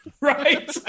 Right